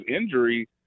injury